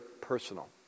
personal